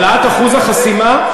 העלאת אחוז החסימה?